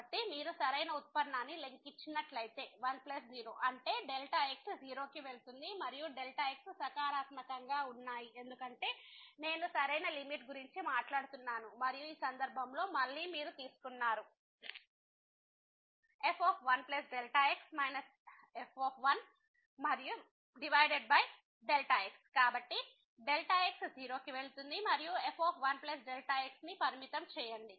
కాబట్టి మీరు సరైన ఉత్పన్నాన్ని లెక్కించినట్లయితే 1 0 అంటే x→0 మరియు x సకారాత్మ కంగా ఉన్నాయి ఎందుకంటే నేను సరైన లిమిట్ గురించి మాట్లాడుతున్నాను మరియు ఈ సందర్భంలో మళ్ళీ మీరు తీసుకున్నారు f 1x f1x కాబట్టి x→0 మరియు f 1 x ని పరిమితం చేయండి